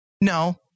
No